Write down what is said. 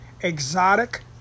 exotic